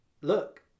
look